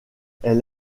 elle